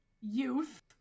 youth